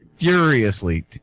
Furiously